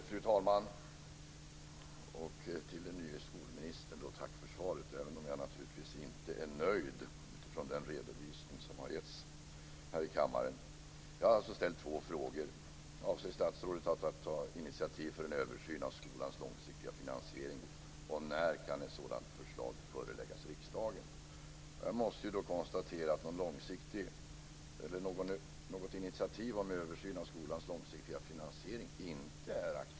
Fru talman! Till den nya skolministern riktar jag ett tack för svaret, även om jag naturligtvis inte är nöjd med den redovisning som har getts här i kammaren. Jag har alltså ställt två frågor: Avser statsrådet att ta initiativ till en översyn av skolans långsiktiga finansiering? När kan ett sådant förslag föreläggas riksdagen? Jag måste då konstatera att något initiativ till översyn av skolans långsiktiga finansiering inte är aktuellt.